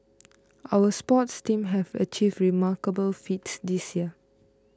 our sports teams have achieved remarkable feats this year